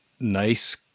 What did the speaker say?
nice